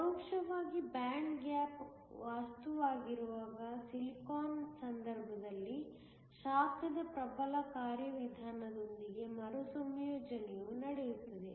ಪರೋಕ್ಷವಾಗಿ band gap ವಸ್ತುವಾಗಿರುವ ಸಿಲಿಕಾನ್ನ ಸಂದರ್ಭದಲ್ಲಿ ಶಾಖದ ಪ್ರಬಲ ಕಾರ್ಯವಿಧಾನದೊಂದಿಗೆ ಮರುಸಂಯೋಜನೆಯು ನಡೆಯುತ್ತದೆ